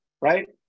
right